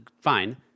fine